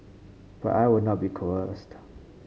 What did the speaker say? but I will not be coerced